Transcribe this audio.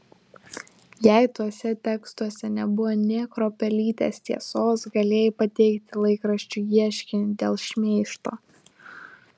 jei tuose tekstuose nebuvo nė kruopelytės tiesos galėjai pateikti laikraščiui ieškinį dėl šmeižto